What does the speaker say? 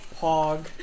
Pog